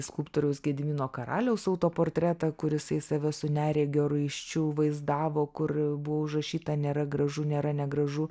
skulptoriaus gedimino karaliaus autoportretą kur jisai save su neregio raiščiu vaizdavo kur buvo užrašyta nėra gražu nėra negražu